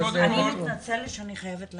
אני מתנצלת שאני חייבת לצאת,